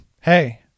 Hey